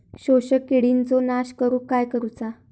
शोषक किडींचो नाश करूक काय करुचा?